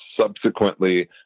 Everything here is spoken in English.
subsequently